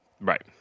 Right